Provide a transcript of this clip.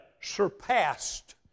surpassed